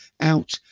out